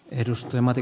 arvoisa puhemies